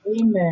Amen